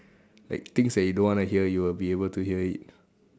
like things that you don't wanna hear you will be able to hear it